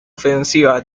ofensiva